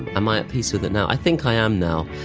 am i at peace with it now? i think i am now.